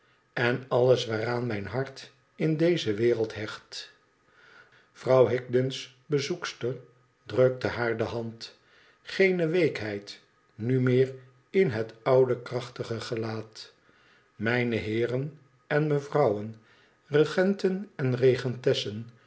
en alles waaraan mijn hart in deze wereld hecht vrouw higden's bezoekster drukte haar de hand geene weekheid nu meer in het oude krachtige gelaat mijne heeren en mevrouwen regenten en